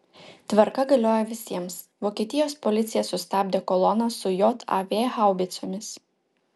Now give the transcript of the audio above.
tvarka galioja visiems vokietijos policija sustabdė koloną su jav haubicomis